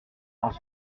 dans